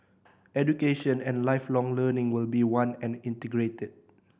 Education and Lifelong Learning will be one and integrated